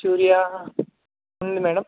Manchuria ఉంది madam